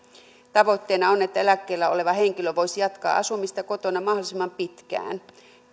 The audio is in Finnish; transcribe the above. tavoitteena on että eläkkeellä oleva henkilö voisi jatkaa asumista kotona mahdollisimman pitkään